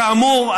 כאמור,